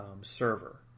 server